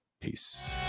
Peace